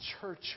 church